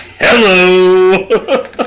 Hello